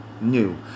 new